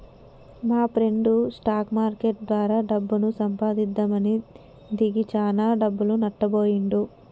మాప్రెండు stock market ద్వారా డబ్బు సంపాదిద్దామని దిగి చానా డబ్బులు నట్టబొయ్యిండు